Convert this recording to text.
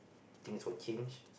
things will change